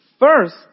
First